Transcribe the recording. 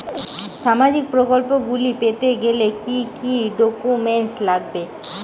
সামাজিক প্রকল্পগুলি পেতে গেলে কি কি ডকুমেন্টস লাগবে?